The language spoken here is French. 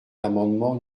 l’amendement